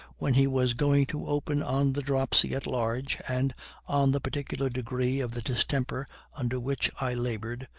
when he was going to open on the dropsy at large and on the particular degree of the distemper under which i labored,